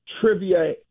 trivia